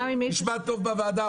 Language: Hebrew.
הוא נשמע טוב בוועדה,